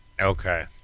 Okay